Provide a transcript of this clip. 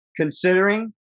considering